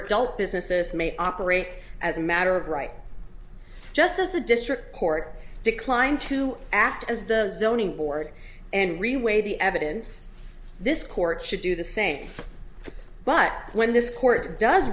dealt businesses may operate as a matter of right just as the district court declined to act as the zoning board and reweigh the evidence this court should do the same but when this court does